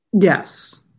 yes